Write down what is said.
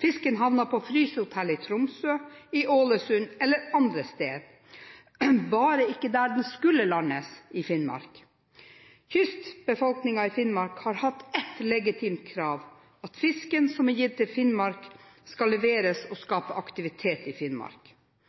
Fisken havnet på frysehotell i Tromsø, i Ålesund eller andre steder, bare ikke der den skulle landes – i Finnmark. Kystbefolkningen i Finnmark har hatt ett legitimt krav: at fisken som er gitt til Finnmark, skal leveres til og